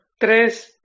tres